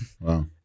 Wow